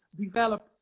develop